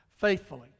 faithfully